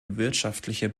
wirtschaftliche